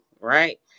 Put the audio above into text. right